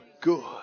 Good